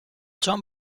john